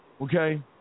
Okay